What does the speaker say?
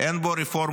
אין בו רפורמות,